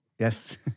Yes